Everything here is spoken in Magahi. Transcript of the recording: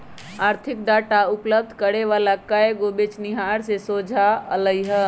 आर्थिक डाटा उपलब्ध करे वला कएगो बेचनिहार से सोझा अलई ह